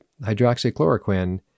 hydroxychloroquine